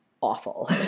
awful